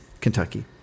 Kentucky